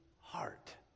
heart